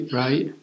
right